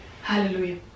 Hallelujah